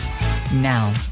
now